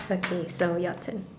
okay so your turn